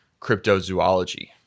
cryptozoology